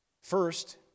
First